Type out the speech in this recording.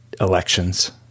elections